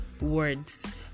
words